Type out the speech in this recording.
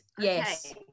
yes